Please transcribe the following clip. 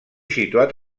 situat